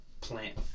plant